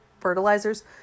fertilizers